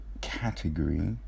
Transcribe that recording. category